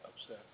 upset